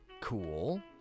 Cool